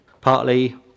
Partly